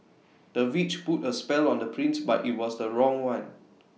the witch put A spell on the prince but IT was the wrong one